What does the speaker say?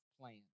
plan